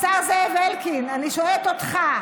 השר זאב אלקין, אני שואלת אותך.